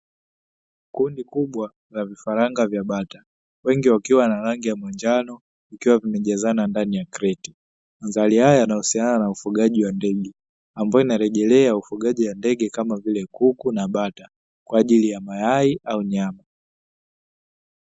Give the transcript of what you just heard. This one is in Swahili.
Kundi kubwa la vifaranga vya bata wengi wakiwa na rangi ya manjano vikiwa vimejazana ndani ya kreti, mandhari haya yanayohusiana na ufugaji wa ndege ambayo inarejelea ufugaji wa ndege kama vile kuku na bata kwa ajili ya mayai au nyama.